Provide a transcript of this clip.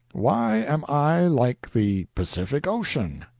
why am i like the pacific ocean?